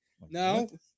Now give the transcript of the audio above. No